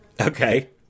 Okay